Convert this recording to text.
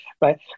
right